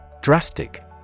Drastic